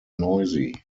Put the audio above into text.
noisy